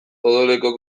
odoleko